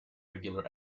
regular